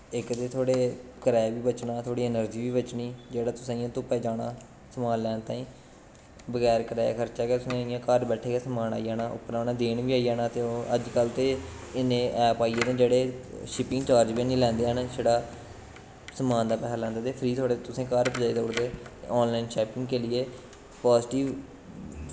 इक ते थोआढ़े कराए बी बचना थोआढ़ी ऐनर्जी बी बचनी जेह्ड़ा तुसें इ'यां धुप्पा जाना समान लैन ताईं बगैर कराया खर्चे गै तुसेंगी इ'यां घर बैठे गै समान आई जाना उप्परा उ'नें देन बी आई जाना ते ओह् अज्जकल ते इन्ने ऐप आई गेदे न जेह्ड़े शिपिंग चार्ज बी हैनी लैंदे हैन छड़ा समान दा पैहा लैंदे ते फ्री थुआढ़े तुसें घर पजाई देई ओड़दे ते आनलाइन शापिंग के लिए पाजिटिव